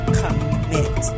commit